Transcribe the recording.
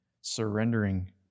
surrendering